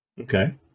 Okay